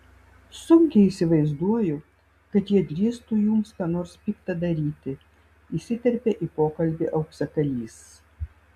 sunkiai įsivaizduoju kad jie drįstų jums ką nors pikta daryti įsiterpė į pokalbį auksakalys